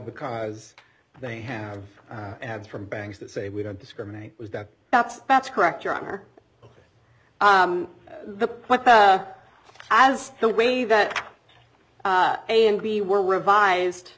because they have ads from banks that say we don't discriminate was that that's that's correct your honor the point as the way that a and b were revised